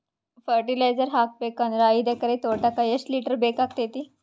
Fertiliser ಹಾಕಬೇಕು ಅಂದ್ರ ಐದು ಎಕರೆ ತೋಟಕ ಎಷ್ಟ ಲೀಟರ್ ಬೇಕಾಗತೈತಿ?